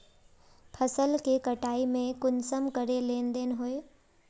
फसल के कटाई में कुंसम करे लेन देन होए?